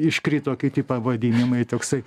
iškrito kiti pavadinimai toksai